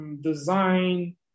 Design